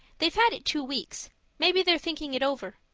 they've had it two weeks maybe they're thinking it over.